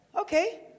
Okay